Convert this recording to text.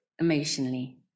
Emotionally